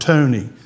Tony